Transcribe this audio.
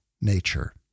nature